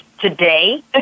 today